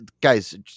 guys